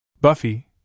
Buffy